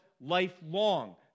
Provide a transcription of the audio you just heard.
lifelong